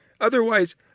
Otherwise